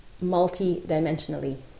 multi-dimensionally